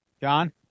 John